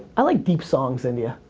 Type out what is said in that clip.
i like deep songs, india.